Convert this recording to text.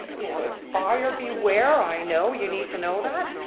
you know, it's buyer beware, i know you need to know that,